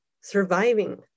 surviving